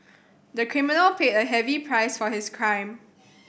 the criminal paid a heavy price for his crime